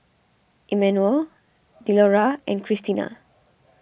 Emanuel Delora and Krystina